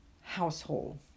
household